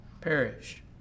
perish